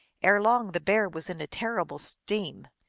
erelong the bear was in a terrible steam.